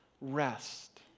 rest